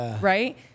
right